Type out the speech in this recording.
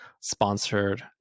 sponsored